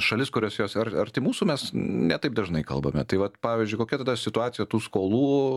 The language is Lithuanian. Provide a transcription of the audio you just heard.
šalis kurios jos ar ar arti mūsų mes ne taip dažnai kalbame tai vat pavyzdžiui kokia tada situacija tų skolų